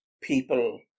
people